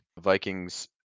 Vikings